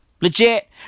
Legit